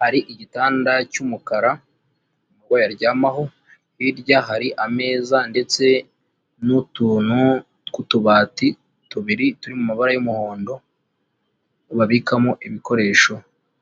hari igitanda cy'umukara umurwayi aryamaho, hirya hari ameza ndetse n'utuntu tw'utubati tubiri turi mu mabara y'umuhondo babikamo ibikoresho.